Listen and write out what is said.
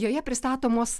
joje pristatomos